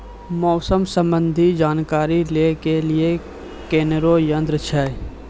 मौसम संबंधी जानकारी ले के लिए कोनोर यन्त्र छ?